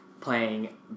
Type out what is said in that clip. playing